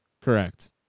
Correct